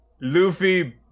Luffy